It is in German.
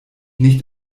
nicht